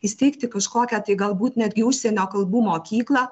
įsteigti kažkokią tai galbūt netgi užsienio kalbų mokyklą